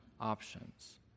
options